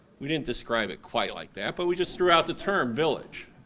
we didn't describe it quite like that but we just threw out the term, village.